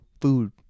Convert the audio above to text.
food